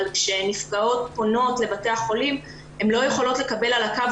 כשנפגעות פונות לבתי החולים הן לא יכולות לקבל על הקו